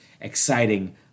exciting